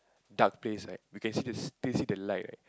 dark place right you can see the you can see the light right